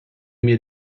mir